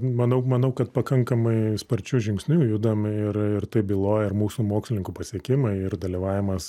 manau manau kad pakankamai sparčiu žingsniu judam ir ir tai byloja ir mūsų mokslininkų pasiekimai ir dalyvavimas